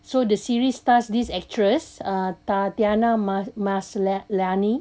so the series stars this actress uh tatiana ma~ mas~ maslany